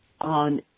on